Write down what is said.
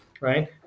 right